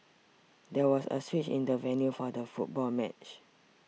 there was a switch in the venue for the football match